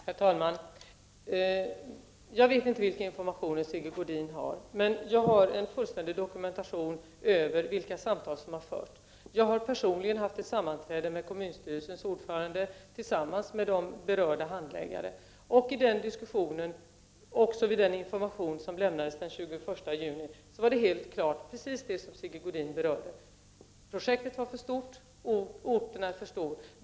Herr talman! Jag vet inte vilka informationer Sigge Godin har, men jag har en fullständig dokumentation över vilka samtal som har förts. Jag har personligen haft ett sammanträde med kommunstyrelsens ordförande tillsammans med berörda handläggare. I den diskussionen, liksom vid den information som lämnades den 21 juni, var precis det som Sigge Godin berörde helt klart. Projektet var för stort och orten är för stor.